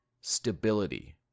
stability